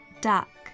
duck